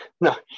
no